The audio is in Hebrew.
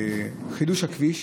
חידוש הכביש,